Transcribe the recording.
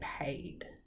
paid